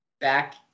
back